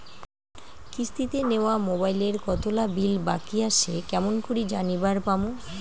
কিস্তিতে নেওয়া মোবাইলের কতোলা বিল বাকি আসে কেমন করি জানিবার পামু?